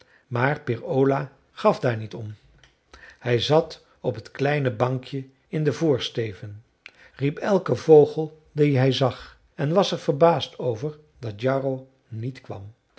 maar peer ola gaf daar niet om hij zat op het kleine bankje in den voorsteven riep elken vogel dien hij zag en was er verbaasd over dat jarro niet kwam